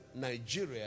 Nigeria